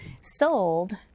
sold